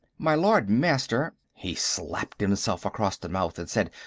my lord-master he slapped himself across the mouth and said,